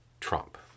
Trump